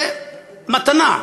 זה מתנה.